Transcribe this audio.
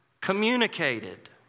Communicated